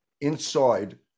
inside